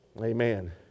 Amen